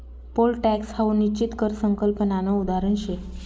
pole tax हाऊ निश्चित कर संकल्पनानं उदाहरण शे